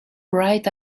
right